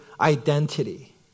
identity